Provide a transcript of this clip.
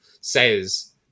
says